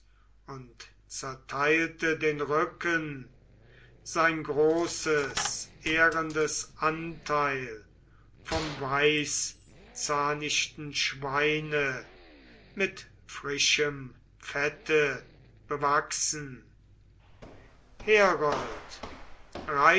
und zerteilte den rücken sein großes ehrendes anteil vom weißzahnigen schweine mit frischem fette bewachsen herold